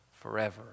forever